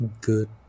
Good